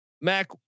Mac